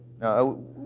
No